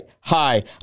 Hi